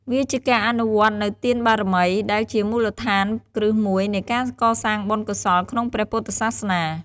វាជាការអនុវត្តនូវទានបារមី ដែលជាមូលដ្ឋានគ្រឹះមួយនៃការកសាងបុណ្យកុសលក្នុងព្រះពុទ្ធសាសនា។